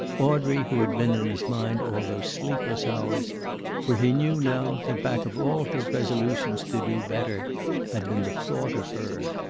audrey, who had been in his mind all those sleepless hours for he knew now that back of all his resolutions to do better had been the thought of her.